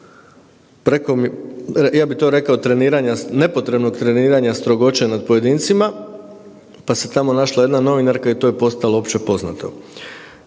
ja bi rekao treniranja, nepotrebnog treniranja strogoće nad pojedincima, pa se tamo našla jedna novinarka i to je postalo opće poznato.